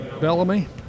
Bellamy